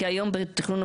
כי היום בתכנון,